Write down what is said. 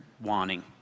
wanting